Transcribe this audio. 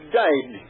died